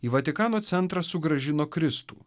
į vatikano centrą sugrąžino kristų